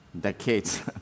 Decades